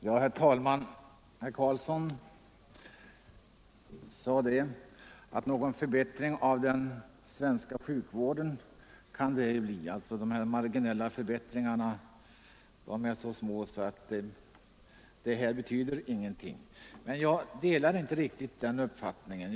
Herr talman! Herr Karlsson i Huskvarna sade att en legitimation inte kan medföra någon förbättring av den svenska sjukvården; de marginella förbättringarna är så små att en legitimation inte betyder någonting. Jag delar inte riktigt den uppfattningen.